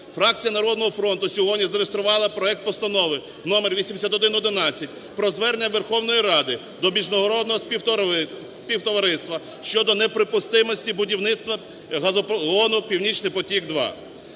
Фракція "Народного фронту" сьогодні зареєструвала проект Постанови № 8111 про звернення Верховної Ради до міжнародного співтовариства щодо неприпустимості будівництва газопроводу "Північний потік-2".